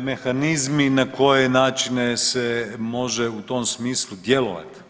mehanizmi na koje načine se može u tom smislu djelovati.